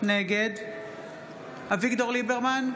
נגד אביגדור ליברמן,